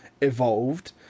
evolved